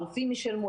הרופאים ישלמו,